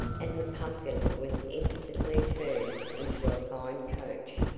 and the pumpkin was instantly turned into a fine coach,